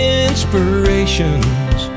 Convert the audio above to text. inspirations